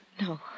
No